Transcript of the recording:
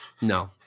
No